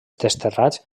desterrats